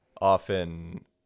often